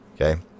Okay